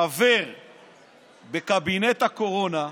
חבר בקבינט הקורונה,